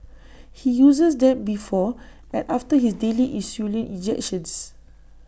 he uses them before and after his daily insulin injections